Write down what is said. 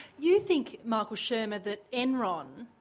you think, michael shermer that enron.